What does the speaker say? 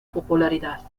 popularidad